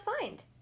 find